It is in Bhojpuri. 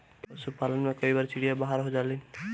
पशुपालन में कई बार चिड़िया बाहर हो जालिन